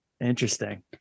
Interesting